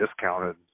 discounted